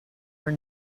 were